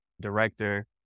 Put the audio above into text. director